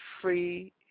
free